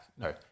no